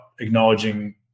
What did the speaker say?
acknowledging